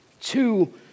two